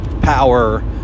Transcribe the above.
power